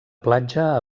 platja